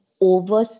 over